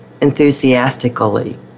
enthusiastically